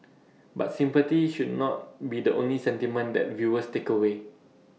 but sympathy should not be the only sentiment that viewers take away